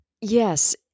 Yes